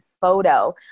photo